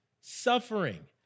suffering